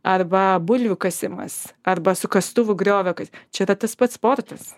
arba bulvių kasimas arba su kastuvu griovio ka čia yra tas pats sportas